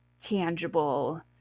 tangible